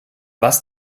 was